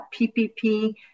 PPP